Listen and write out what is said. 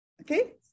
okay